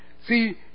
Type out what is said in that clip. See